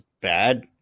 bad